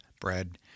bread